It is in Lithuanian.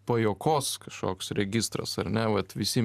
pajuokos kažkoks registras ar ne vat visi